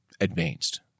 advanced